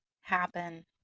happen